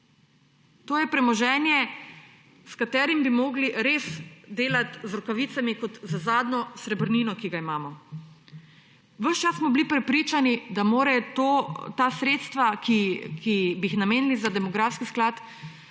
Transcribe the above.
To je premoženje, s katerim bi mogli res delat z rokavicami, kot z zadnjo srebrnino, ki jo imamo. Ves čas smo bili prepričani, da mora ta sredstva, ki bi jih namenili za demografski sklad,